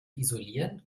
isolieren